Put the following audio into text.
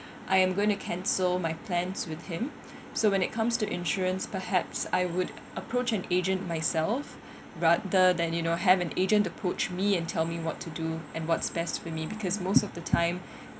I am going to cancel my plans with him so when it comes to insurance perhaps I would approach an agent myself rather than you know have an agent approach me and tell me what to do and what's best for me because most of the time